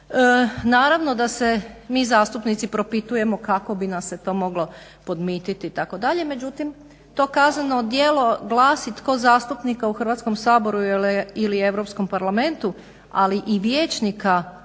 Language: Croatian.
Naravno da se mi zastupnici propitujemo kako bi nas se to moglo podmititi itd., međutim to kazneno djelo glasi tko zastupnika u Hrvatskom saboru ili Europskom parlamentu, ali i vijećnika